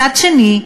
מצד שני,